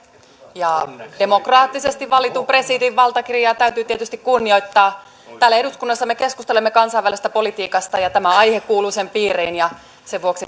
ja demokraattisesti valitun presidentin valtakirjaa täytyy tietysti kunnioittaa täällä eduskunnassa me keskustelemme kansainvälisestä politiikasta ja tämä aihe kuuluu sen piiriin ja sen vuoksi